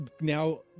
now